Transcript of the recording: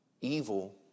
evil